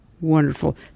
Wonderful